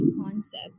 concept